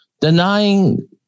denying